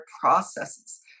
processes